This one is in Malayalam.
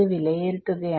വിലയിരുത്തുകയാണ്